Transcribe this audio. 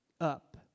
up